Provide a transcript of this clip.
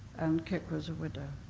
and kick was a widow.